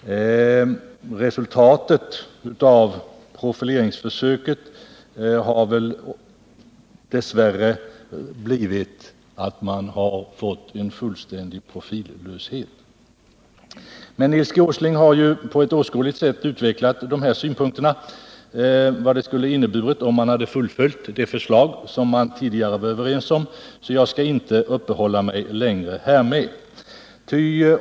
Resultatet av profileringsförsöket har väl dess värre blivit att man har fått en fullständig profillöshet. Men Nils G. Åsling har ju på ett åskådligt sätt utvecklat dessa synpunkter, vad det skulle ha inneburit om det förslag fullföljts som man tidigare var överens om, så jag skall inte uppehålla mig längre härmed.